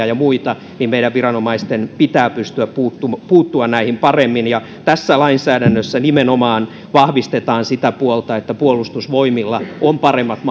ja muita meidän viranomaisten pitää pystyä puuttumaan näihin paremmin ja tässä lainsäädännössä nimenomaan vahvistetaan sitä puolta että puolustusvoimilla on paremmat